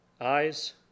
eyes